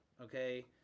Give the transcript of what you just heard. Okay